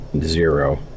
zero